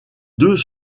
deux